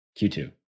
Q2